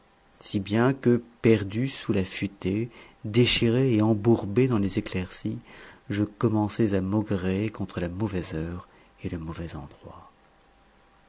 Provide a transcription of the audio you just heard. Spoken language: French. si bien que perdu sous la futaie déchiré et embourbé dans les éclaircies je commençais à maugréer contre la mauvaise heure et le mauvais endroit